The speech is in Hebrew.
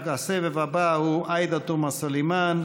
הסבב הבא הוא עאידה תומא סלימאן,